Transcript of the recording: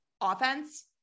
offense